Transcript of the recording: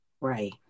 Right